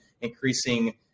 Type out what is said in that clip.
increasing